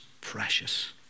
precious